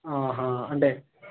హా అంటే